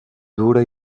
dura